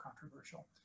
controversial